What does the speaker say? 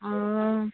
ও